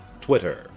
Twitter